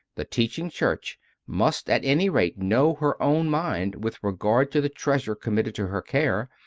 the teaching church must at any rate know her own mind with regard to the treasure committed to her care,